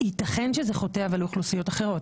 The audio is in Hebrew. יתכן שזה חוטא לאוכלוסיות אחרות.